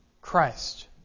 Christ